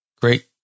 Great